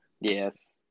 yes